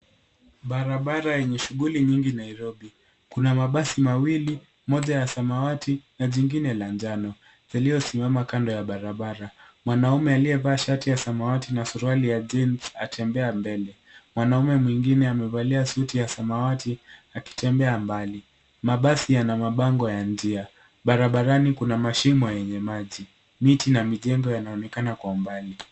Barabara yenye shuguli nyingi Nairobi. Kuna mabasi mawili, moja ya Samawati, na jingine lanjano. yalio simema kando ya Barabara. Wanaume alievaa shati ya Samawati na suruari ya Jins atembea mbele. Wanaume muingine hamevalia suti ya samawati akitembea mbali. Mabasi yana mabango ya njia. Barabarani kuna mashimo yenye maji. Miti na mijengo yanaonekana kwa mbali.